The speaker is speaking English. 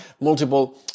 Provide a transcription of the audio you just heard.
multiple